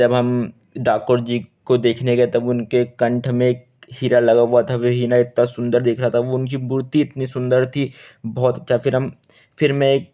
जब हम ठाकुर जी को देखने गए तब उनके कंठ में एक हीरा लगा हुआ था वे हीरा इतना सुन्दर देख रहा था वो उनकी मूर्ति इतनी सुन्दर थी बहुत अच्छा फिर हम फिर मैं